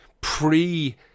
pre